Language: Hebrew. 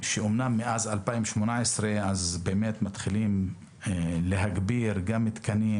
שאמנם מאז 2018 מתחילים להגביר תקנים,